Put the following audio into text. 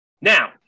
Now